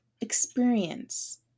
experience